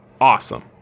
awesome